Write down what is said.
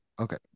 okay